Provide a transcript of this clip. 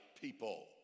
people